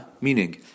meaning